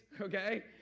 okay